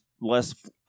less